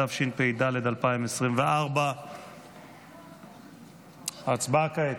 התשפ"ד 2024. ההצבעה כעת.